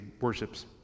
worships